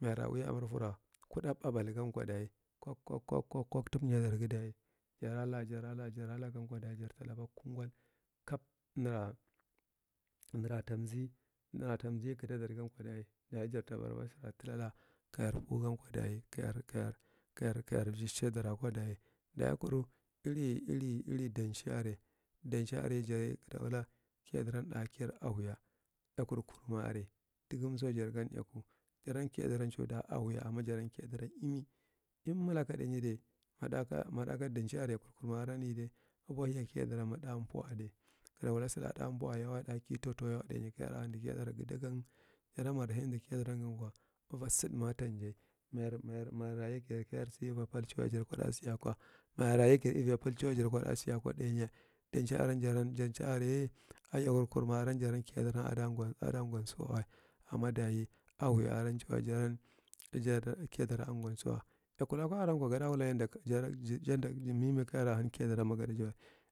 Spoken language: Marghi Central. Mayara ui amarfara kuɗa babalgankwa dayi kulak, kwak, kwak tammnyadargankwa dayi, jarala, jarala, jaralagankwa jarta laba kungal kap nara, nara tamzi lukwa, nara tamzi kalda dargankwa dayi. Dayi jarta baraba sara talala kayar pugankwa dayi kayar, kayar, kayar, kayar tshi shi sidar akwa dayi. Dayi kuru iri, iri danci are, danci argijaye gadawulu kiyadaran ɗaki awiya. Eyalkur kurma are uagam kiyadaran au ɗa ahawaya. Amma jaran kiyadaran imi, imilaka ɗainyie. Ma ɗaka lthanai are, eyakuw kurmaaran dige ubohiyakiyadaranma ɗa mpuwa ɗai gada wula sala ɗa mpuwuyewa, ɗa kir tautauyewa ɗainya kayar hankiya dargi daganm. Jaran mayar handi kiyadargankwa, ava sama tan njai. Mayar, mayar, mayarra yagi ava pal xuw ja kwaɗa biyalkwa. Mayarra yagi ava pal cuw jar kwaɗu siyalwa ɗainya. Thanci aren jara lthanci are, a eyakur kurma aran, jaran kiyadaran ada ugwa sa uwawa. Amma dayi a hawya are cuwa, jaran kiyadar ada ngwa sa uwa eyakulaka aran kwa, yanda mi mita kayara jankiyadarnma wa.